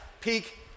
peak